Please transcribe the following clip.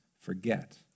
forget